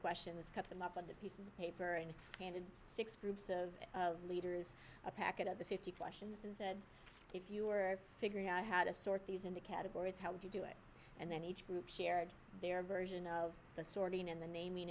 questions cut them up on the pieces of paper and handed six groups of leaders a packet of the fifty questions and said if you were figuring out how to sort these into categories how would you do it and then each group shared their version of the sorting and the naming